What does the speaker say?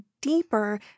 deeper